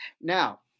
Now